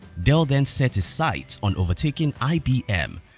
dellthen set his sights on overtaking ibm,